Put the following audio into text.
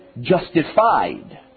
justified